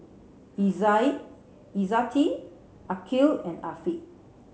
Izzati Aqil and Afiq